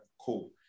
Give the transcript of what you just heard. Cool